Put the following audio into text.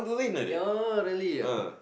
ya really ah